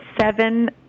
seven